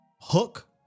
hook